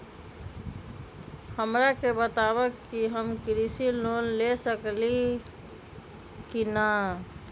हमरा के बताव कि हम कृषि लोन ले सकेली की न?